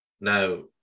Now